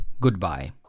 goodbye